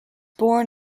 born